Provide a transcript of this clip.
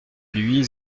luye